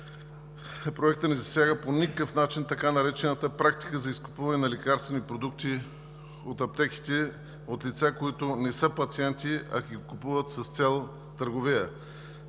Проектът не засяга по никакъв начин така наречената „практика“ за изкупуване на лекарствени продукти от аптеките от лица, които не са пациенти, а ги купуват с цел търговия.